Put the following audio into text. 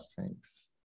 Thanks